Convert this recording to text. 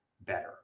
better